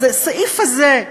אז הסעיף הזה,